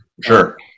Sure